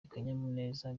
akanyamuneza